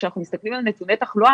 כשאנחנו מסתכלים על נתוני תחלואה,